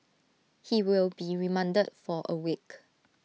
he will be remanded for A week